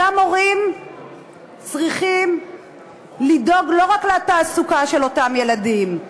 אותם הורים צריכים לדאוג לא רק לתעסוקה של אותם ילדים,